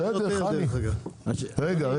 רגע.